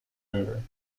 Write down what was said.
river